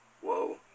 Whoa